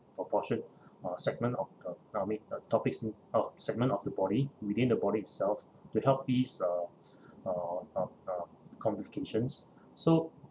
a portion uh segment of uh uh I mean topics no segment of the body within the body itself to help ease uh uh um um complications so